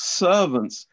servants